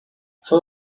fue